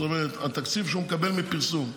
זאת אומרת, התקציב שהוא מקבל מפרסום,